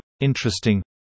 interesting